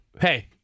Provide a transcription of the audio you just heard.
hey